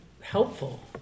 helpful